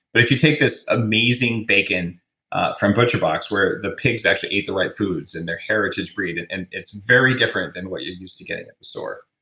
but if you take this amazing bacon from butcher box where the pigs actually ate the right foods and they're heritage bred and and it's very different than what you're used to getting at the store,